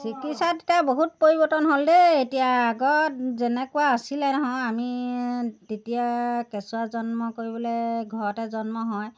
চিকিৎসা তেতিয়া বহুত পৰিৱৰ্তন হ'ল দেই এতিয়া আগত যেনেকুৱা আছিলে নহয় আমি তেতিয়া কেঁচুৱা জন্ম কৰিবলৈ ঘৰতে জন্ম হয়